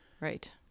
Right